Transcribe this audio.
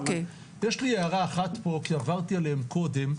יש לי הערה אחת פה, כי עברתי עליהם קודם,